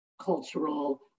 cultural